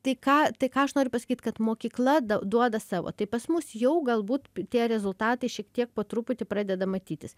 tai ką tai ką aš noriu pasakyt kad mokykla duoda savo tai pas mus jau galbūt tie rezultatai šiek tiek po truputį pradeda matytis